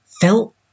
felt